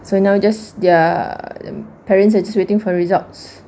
so now just their err parents are just waiting for results